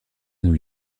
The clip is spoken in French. new